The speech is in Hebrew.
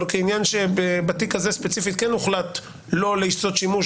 אבל כעניין שבתיק הזה ספציפית כן הוחלט לא לעשות שימוש,